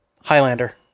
Highlander